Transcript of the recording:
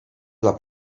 dla